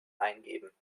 eingeben